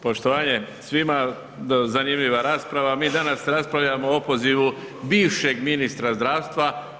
Poštovanje svima, zanimljiva rasprava, mi danas raspravljamo o opozivu bivšeg ministra zdravstva.